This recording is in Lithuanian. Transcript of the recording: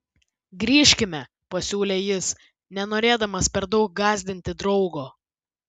grįžkime pasiūlė jis nenorėdamas per daug gąsdinti draugo